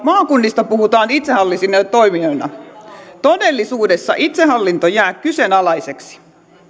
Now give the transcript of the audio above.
maakunnista puhutaan itsehallinnollisina toimijoina todellisuudessa itsehallinto jää kyseenalaiseksi